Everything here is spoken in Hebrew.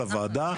לוועדה.